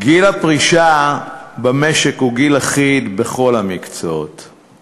גיל הפרישה במשק הוא גיל אחיד בכל המקצועות